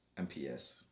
MPS